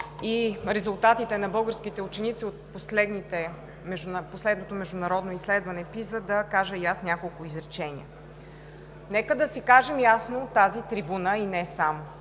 и резултатите на българските ученици от последното Международно изследване PISA, да кажа и аз няколко изречения. Нека да си кажем ясно от тази трибуна и не само,